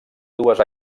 dues